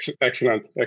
excellent